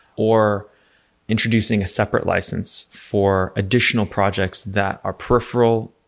or introducing a separate license for additional projects that are peripheral,